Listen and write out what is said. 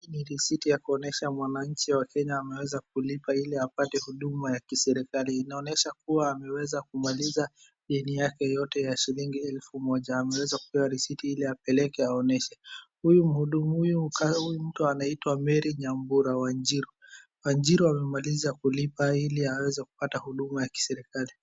Hii ni risiti ya kuonyesha mwananchi wa Kenya ameweza kulipa ili apate huduma ya kiserikali. Inaonyesha kuwa ameweza kumaliza deni yake yote ya shilingi elfu moja. Ameweza kupewa risiti ili apeleke aonyeshe. Huyu mhudumu, huyu mtu anaitwa Mary Nyambura Wanjiru. Wanjiru amemaliza kulipa ili aweze kupata huduma ya kiserikali.